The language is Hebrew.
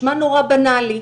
נשמע נורא בנאלי,